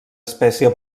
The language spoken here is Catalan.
espècie